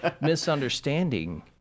misunderstanding